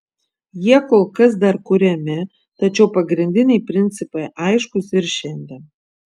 jie kol kas dar kuriami tačiau pagrindiniai principai aiškūs ir šiandien